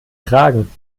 kragen